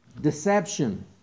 Deception